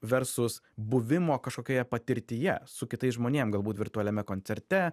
versus buvimo kažkokioje patirtyje su kitais žmonėm galbūt virtualiame koncerte